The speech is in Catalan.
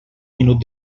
minut